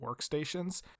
workstations